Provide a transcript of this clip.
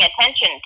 attention